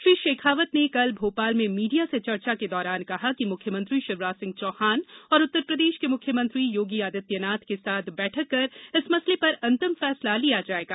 श्री शेखावत ने कल भोपाल में मीडिया से चर्चा के दौरान कहा कि मुख्यमंत्री शिवराज सिंह चौहान और उत्तरप्रदेश के मुख्यमंत्री योगी आदित्य नाथ के साथ बैठक कर इस मसले पर अंतिम फैसला लिया जायेगा